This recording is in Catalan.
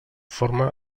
forma